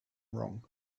wrong